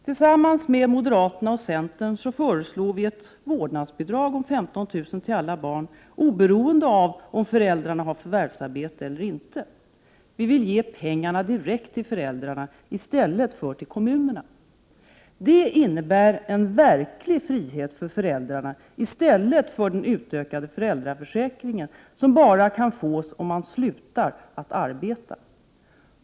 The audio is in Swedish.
Tillsammans med moderaterna och centern föreslår vi ett vårdnadsbidrag om 15 000 till alla barn oberoende av om föräldrarna har förvärvsarbete eller inte. Vi vill ge pengar direkt till föräldrarna i stället för till kommunerna. Det innebär en verklig frihet för föräldrarna, i stället för den utökade föräldraförsäkringen, som man bara kan få om man slutar att arbeta.